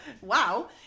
Wow